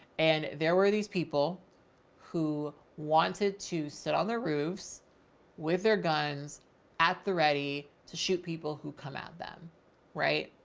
and there were these people who wanted to sit on their roofs with their guns at the ready to shoot people who come at them right